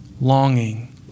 longing